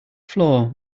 floor